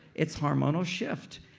it's hormonal shift.